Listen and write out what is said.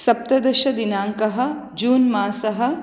सप्तदश दिनाङ्कः जून् मासः